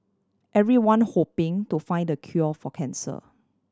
everyone hoping to find the cure for cancer